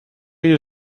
you